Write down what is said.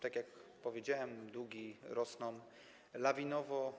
Tak jak powiedziałem, długi rosną lawinowo.